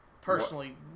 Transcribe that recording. Personally